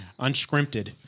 Unscripted